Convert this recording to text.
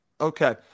Okay